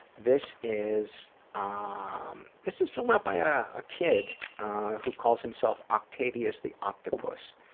this is um this is filled out by a kid who calls himself octavius the octopus,